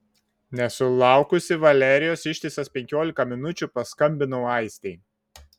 nesulaukusi valerijos ištisas penkiolika minučių paskambinau aistei